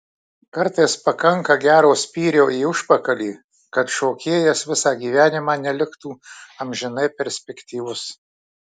kartais pakanka gero spyrio į užpakalį kad šokėjas visą gyvenimą neliktų amžinai perspektyvus